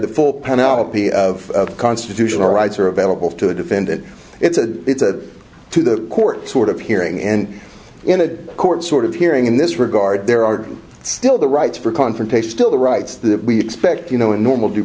of constitutional rights are available to the defendant it's a it's a to the court sort of hearing and in a court sort of hearing in this regard there are still the rights for confrontation still the rights that we expect you know in normal due